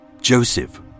Joseph